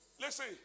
Listen